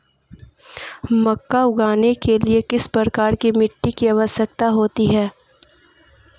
मक्का उगाने के लिए किस प्रकार की मिट्टी की आवश्यकता होती है?